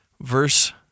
verse